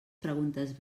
preguntes